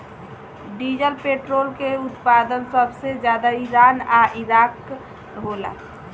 diesel petrol के उत्पादन सबसे ज्यादा ईरान आ इराक होला